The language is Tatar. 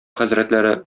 хәзрәтләре